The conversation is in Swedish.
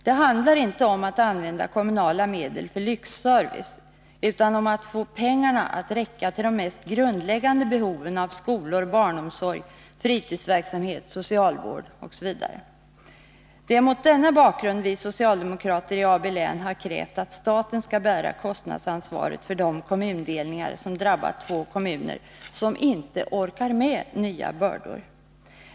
Det handlar inte om att använda kommunala medel för lyxservice, utan om att få pengarna att räcka till de mest grundläggande behoven när det gäller skolor, barnomsorg, fritidsverksamhet, socialvård osv. Det är mot denna bakgrund som vi socialdemokrater i Stockholms län har krävt att staten skall bära kostnadsansvaret för de kommundelningar som drabbat två kommuner som inte orkar med nya bördor.